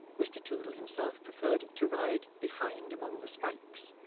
mr toodle himself preferred to ride behind among the spikes,